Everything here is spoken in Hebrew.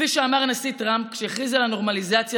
כפי שאמר הנשיא טראמפ כשהכריז על הנורמליזציה